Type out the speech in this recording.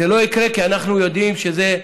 זה לא יקרה, כי אנחנו יודעים שזה,